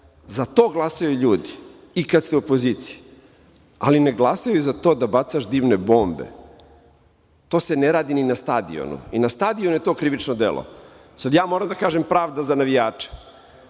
Za to glasaju ljudi i kada ste opozicija, ali ne glasaju za to da bacaš dimne bombe. To se ne radi ni na stadionu i na stadionu je to krivično delo. Sad je moram da kažem – pravda za navijače.14/1